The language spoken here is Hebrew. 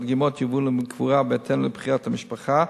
הדגימות יובאו לקבורה בהתאם לבחירת המשפחה,